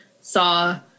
saw